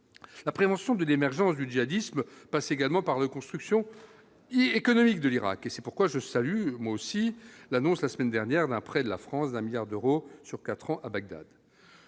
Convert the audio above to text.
la prévention de l'émergence du djihadisme passe également par le construction et économique de l'Irak et c'est pourquoi je salue aussi l'annonce la semaine dernière d'un prêt de la France d'un milliard d'euros sur 4 ans à Bagdad.